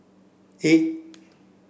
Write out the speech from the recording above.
eight